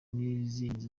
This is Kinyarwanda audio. n’izindi